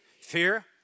fear